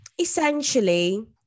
essentially